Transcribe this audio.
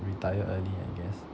retire early I guess